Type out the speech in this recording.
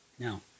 Now